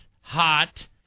hot